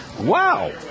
Wow